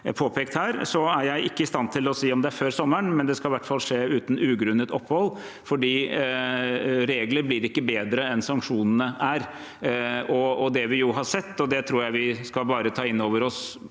Jeg er ikke i stand til å si om det blir før sommeren, men det skal i hvert fall skje uten ugrunnet opphold, fordi regler blir ikke bedre enn sanksjonene er. Det vi har sett – og det tror jeg vi skal ta innover oss